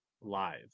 live